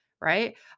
right